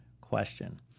question